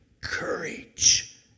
courage